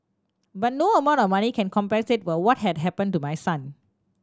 but no amount of money can compensate for what had happened to my son